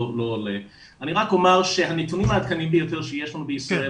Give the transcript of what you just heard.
רק אומר שהנתונים העדכניים ביותר שיש לנו בישראל